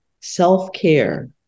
Self-care